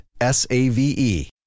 S-A-V-E